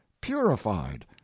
purified